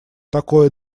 такое